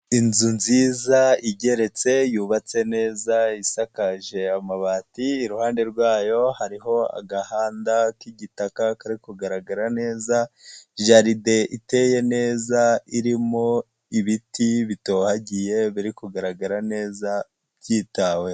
Inzu nziza igeretse yubatse neza isakaje amabati, iruhande rwayo hariho agahanda k'igitaka kari kugaragara neza, jalide iteye neza irimo ibiti bitohagiye biri kugaragara neza byitaweho.